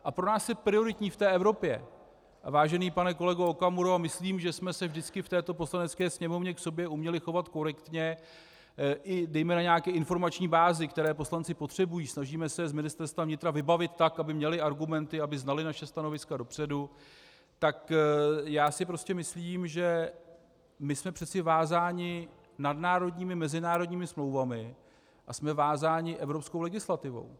A pro nás je prioritní v té Evropě, vážený pane kolego Okamuro, myslím, že jsme se vždycky v této Poslanecké sněmovně k sobě uměli chovat korektně i dejme tomu na nějaké informační bázi, kterou poslanci potřebují, snažíme se z Ministerstva vnitra vybavit tak, aby měli argumenty, aby znali naše stanoviska dopředu, tak já si prostě myslím, že my jsme přece vázáni nadnárodními mezinárodními smlouvami a jsme vázáni evropskou legislativou.